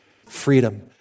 Freedom